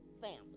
family